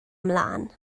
ymlaen